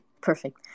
perfect